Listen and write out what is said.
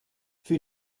für